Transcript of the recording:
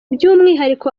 by’umwihariko